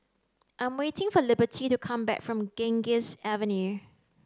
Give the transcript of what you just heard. I am waiting for Liberty to come back from Ganges Avenue